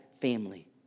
family